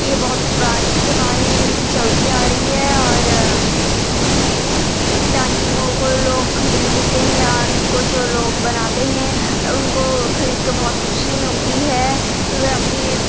یہ بہت پرانی زمانے سے چلتی آ رہی ہے اور اس پینٹنگوں کو لوگ خریدتے ہیں اور اس کو جو لوگ بناتے ہیں ان کو خرید کے بہت خوشی ملتی ہے وے اپنے